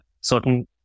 certain